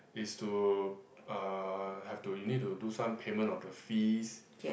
is to uh have to you need to do some payment of the fees